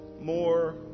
more